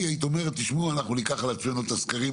היית אומרת שאין בעיה שאתם תיקחו עליכם את הסקרים.